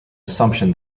assumption